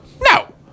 no